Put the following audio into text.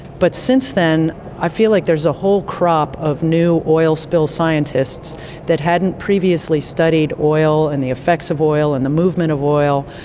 but since then i feel like there's a whole crop of new oil spill scientists that hadn't previously studied oil and the effects of oil and the movement of oil.